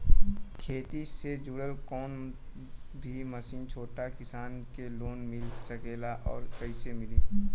खेती से जुड़ल कौन भी मशीन छोटा किसान के लोन मिल सकेला और कइसे मिली?